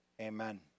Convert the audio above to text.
amen